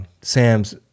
Sam's